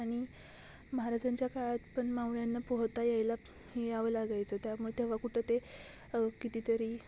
आणि महाराजांच्या काळात पण मावळ्यांना पोहता यायला हे यावं लागायचं त्यामुळे तेव्हा कुठं ते कितीतरी